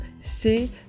c'est